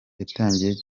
yatangiye